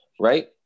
Right